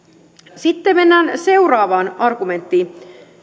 sitten mennään seuraavaan argumenttiin